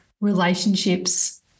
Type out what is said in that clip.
relationships